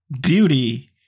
beauty